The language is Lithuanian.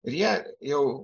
jie jau